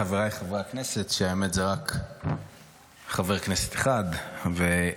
חבריי חברי הכנסת, שהאמת זה רק חבר כנסת אחד ושר.